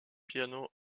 piano